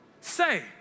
say